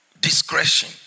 discretion